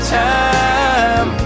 time